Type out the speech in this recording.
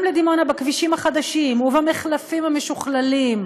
גם לדימונה, בכבישים החדשים ובמחלפים המשוכללים,